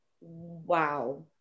Wow